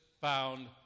found